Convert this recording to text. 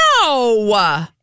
No